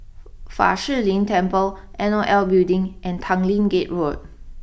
Fa Shi Lin Temple N O L Building and Tanglin Gate Road